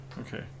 okay